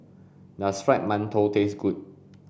does fried mantou taste good